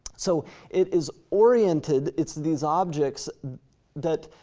so it is oriented, it's these objects that,